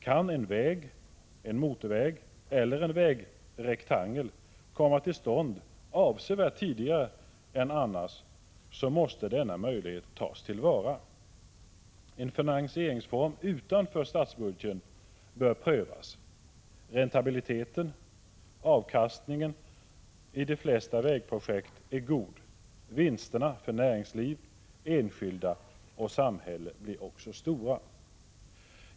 Kan en väg, en motorväg eller en vägrektangel komma till stånd avsevärt tidigare än annars, måste denna möjlighet tas till vara. En finansiering utanför statsbudgeten bör prövas. Räntabiliteten, avkastningen, hos de flesta vägprojekt är god. Vinsterna för näringsliv, enskilda och samhälle blir också stora.